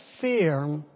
fear